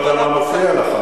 לא יודע מה מפריע לך,